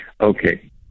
okay